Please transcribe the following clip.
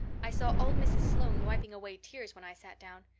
i saw old mrs. sloane wiping away tears when i sat down.